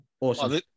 Awesome